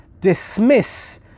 dismiss